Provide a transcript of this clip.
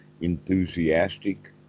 enthusiastic